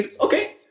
Okay